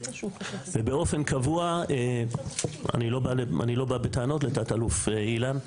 ובאופן קבוע אני לא בא בטענות לתת אלוף אילן,